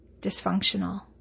dysfunctional